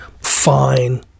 fine